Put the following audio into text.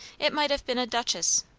it might have been a duchess,